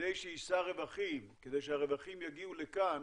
כדי שיישא רווחים כדי שהרווחים יגיעו לכאן